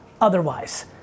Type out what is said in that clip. otherwise